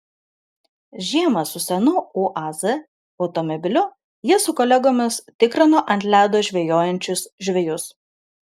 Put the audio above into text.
žiemą su senu uaz automobiliu jis su kolegomis tikrino ant ledo žvejojančius žvejus